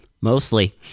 Mostly